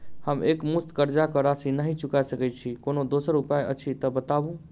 हम एकमुस्त कर्जा कऽ राशि नहि चुका सकय छी, कोनो दोसर उपाय अछि तऽ बताबु?